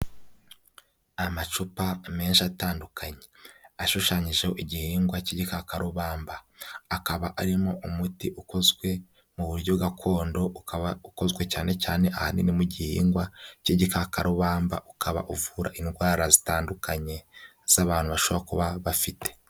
Amacupa menshi atandukanye ashushanyijeho igihingwa k'igikakarubamba, akaba arimo umuti ukozwe mu buryo gakondo, ukaba ukozwe cyane cyane ahanini mu gihingwa cy'igikakarubamba, ukaba uvura indwara zitandukanye z'abantu bashobora kuba bafite.